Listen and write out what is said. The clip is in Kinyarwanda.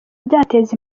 byateza